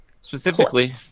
specifically